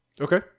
okay